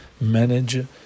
manage